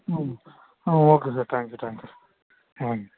ம் ah okay sir thank you thank you ah